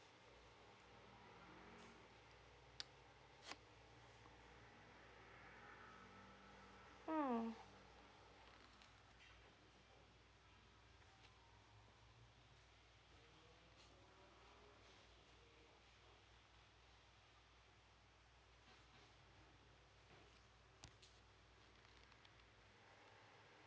mm